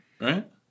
right